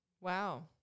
Wow